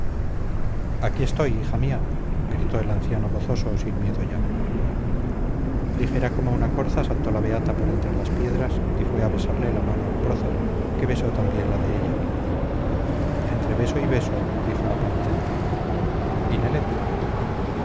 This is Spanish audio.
aquí estoy hija mía gritó el anciano gozoso sin miedo ya ligera como una corza saltó la beata por entre las piedras y fue a besarle la mano al prócer que besó también la de ella entre beso y beso dijo la penitente y nelet